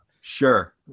Sure